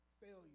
failure